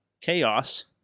Chaos